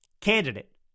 candidate